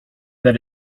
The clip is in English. that